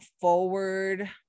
forward